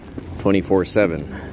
24-7